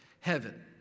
heaven